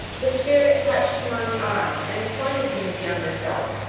the spirit touched him on the arm, and pointed to his younger self,